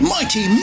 Mighty